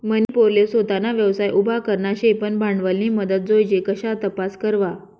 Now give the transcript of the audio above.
मनी पोरले सोताना व्यवसाय उभा करना शे पन भांडवलनी मदत जोइजे कशा तपास करवा?